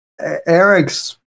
Eric's